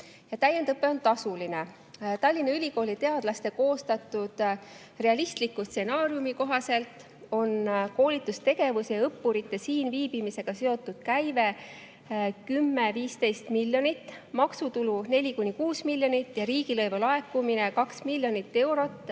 Täiendõpe on tasuline. Tallinna Ülikooli teadlaste koostatud realistliku stsenaariumi kohaselt on koolitustegevuse ja õppurite siin viibimisega seotud käive 10–15 miljonit, maksutulu 4–6 miljonit ja riigilõivu laekumine 2 miljonit eurot